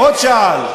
ועוד שעל.